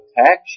tax